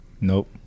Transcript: nope